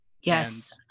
yes